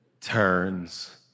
turns